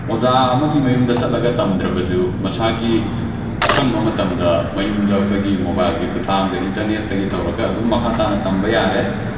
ꯑꯣꯖꯥ ꯑꯃꯒꯤ ꯃꯌꯨꯝꯗ ꯆꯠꯂꯒ ꯇꯝꯗ꯭ꯔꯕꯁꯨ ꯃꯁꯥꯒꯤ ꯑꯁꯪꯕ ꯃꯇꯝꯗ ꯃꯌꯨꯝꯗ ꯑꯩꯈꯣꯏꯒꯤ ꯃꯣꯕꯥꯏꯜꯒꯤ ꯈꯨꯠꯊꯥꯡꯗ ꯏꯟꯇꯔꯅꯦꯠꯇꯒꯤ ꯇꯧꯔꯒ ꯑꯗꯨꯝ ꯃꯈꯥ ꯇꯥꯅ ꯇꯝꯕ ꯌꯥꯔꯦ